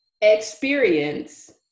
experience